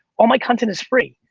all my content is free.